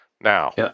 Now